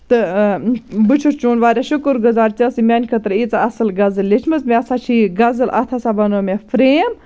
تہٕ بہٕ چھُس چون واریاہ شُکُر گُزار ژٕےٚ ٲسٕے میٛانہِ خٲطرٕ ییٖژاہ اَصٕل غزٕل لیٚچھمٕژ مےٚ ہسا چھِ یہِ غزل اَتھ ہسا بَنٲو مےٚ فرٛیم